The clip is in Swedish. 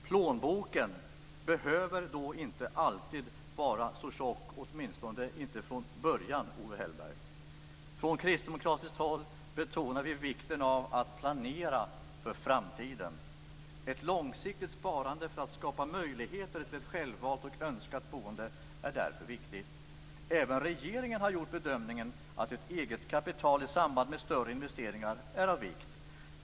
Plånboken behöver inte alltid vara så tjock, åtminstone inte från början, Owe Från kristdemokratiskt håll betonar vi vikten av att planera för framtiden. Ett långsiktigt sparande för att skapa möjligheter till ett självvalt och önskat boende är därför mycket viktigt. Även regeringen har gjort bedömningen att ett eget kapital i samband med större investeringar är av vikt.